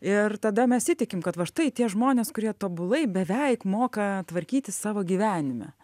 ir tada mes įtikim kad va štai tie žmonės kurie tobulai beveik moka tvarkytis savo gyvenime